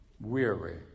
weary